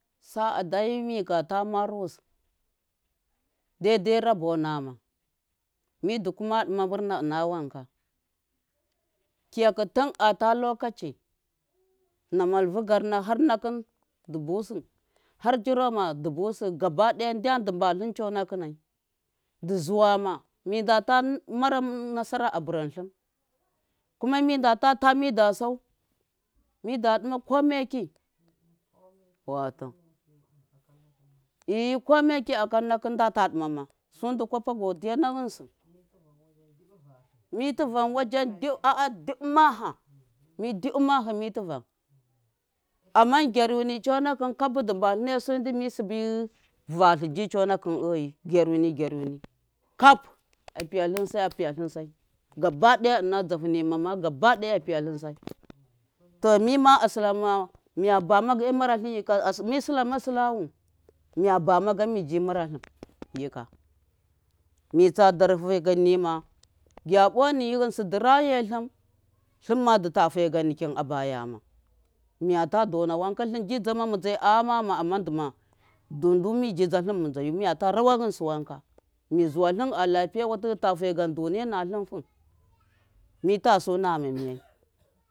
Sa. a dai migata marusɨ daidai rabo nama mɨdɨ kuma ɗɨma murna ɨna wanka kiyakɨ tɨn a ta lokaci na malvu garna har nakɨn dɨ busɨ har chiroma dɨbusɨ gaba ɗaya ndyan tlɨn dɨ mbatlɨn conakɨnai dɨ zuwama mi ndata mara nasara a bɨrɨntlɨn kuma midata ta mida ɨsau mida ɗɨma komeki i kome ki ndata ɗɨmama su ndɨ kwapa godɨya na ghɨnsɨ mi tɨvan wajen diɓi maha mi tivan diɓi maha ama gyaryuni conakɨm kap a mbayasai. su ndɨ mi vatlɨ jeyi ji conanakɨn e yi gyaruni gyaruni kap a piya tlɨnsai a piya tlɨnsai gaba ɗaya ɨna zafu nima ma gaba ɗaya a piya tlɨnsai to mi ma a sɨlama mi sɨlama silawu miya bama gam mibi maratlɨn ge mara tlɨn yika mi sɨlama sɨlawu miya bama gan maratlɨ, yɨka mitsa darhɨ tlɨn nikim gyaɓoni ghɨnsɨ dɨ rayetlɨn tlɨmma dɨ ta fe gam nikin abayama miya ta dona wanka tlɨnji dzama mɨdze a ghamama ama dɨma miji datlɨm mɨdzayu ama dɨma miji dzatlɨn mɨdzaya aghamatlɨnu miji dzatlɨn mɨdze miya ta rawa ghɨnsɨ wanka mi zuwa tlɨn a lapiyewatɨ tafe gam duniya natlɨm mitasu nama.